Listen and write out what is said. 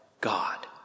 God